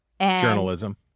Journalism